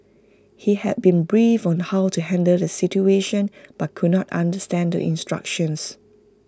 he had been briefed on how to handle the situation but could not understand the instructions